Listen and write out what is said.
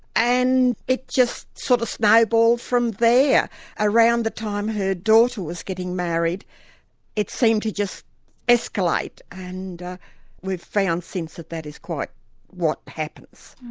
and it just sort of snowballed from there, around the time her daughter was getting married it seemed to just escalate and we've found since that that is quite what happens.